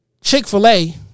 Chick-fil-A